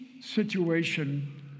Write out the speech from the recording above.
situation